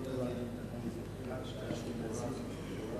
חברי כנסת, כבוד השר,